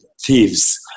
thieves